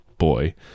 boy